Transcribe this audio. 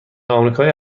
آمریکایی